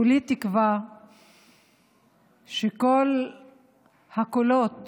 כולי תקווה שכל הקולות